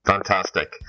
Fantastic